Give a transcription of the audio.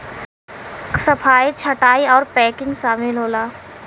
सफाई छंटाई आउर पैकिंग सामिल होला